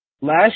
Last